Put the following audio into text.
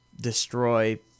destroy